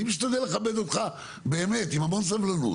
אני משתדל לכבד אותך, באמת, עם המון סבלנות.